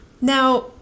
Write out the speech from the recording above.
now